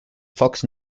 fox